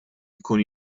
jkun